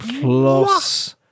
plus